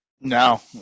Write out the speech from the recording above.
No